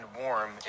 warm